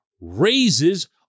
raises